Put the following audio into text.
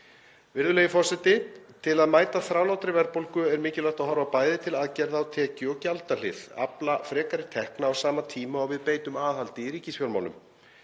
Virðulegi forseti. Til að mæta þrálátri verðbólgu er mikilvægt að horfa bæði til aðgerða á tekju- og gjaldahlið, afla frekari tekna á sama tíma og við beitum aðhaldi í ríkisfjármálum.